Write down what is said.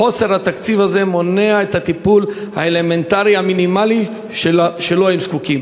חוסר התקציב הזה מונע את הטיפול האלמנטרי המינימלי שלו הם זקוקים.